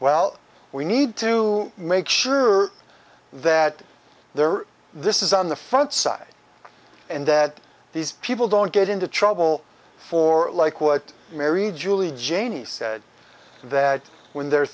well we need to make sure that there are this is on the front side and that these people don't get into trouble for like what mary julie janey said that when they're